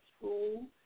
school